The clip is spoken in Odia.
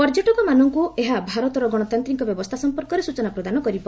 ପର୍ଯ୍ୟଟକମାନଙ୍କୁ ଏହା ଭାରତର ଗଣତାନ୍ତିକ ବ୍ୟବସ୍ଥା ସମ୍ପର୍କରେ ସୂଚନା ପ୍ରଦାନ କରିବ